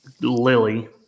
Lily